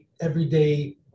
everyday